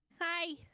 Hi